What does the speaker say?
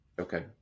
Okay